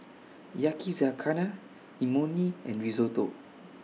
Yakizakana Imoni and Risotto